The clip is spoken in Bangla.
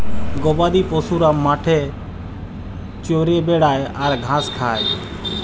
গবাদি পশুরা মাঠে চরে বেড়ায় আর ঘাঁস খায়